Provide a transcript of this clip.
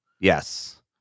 Yes